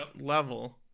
level